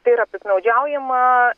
tai yra piktnaudžiaujama